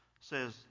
says